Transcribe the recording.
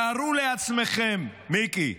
תארו לעצמכם, מיקי,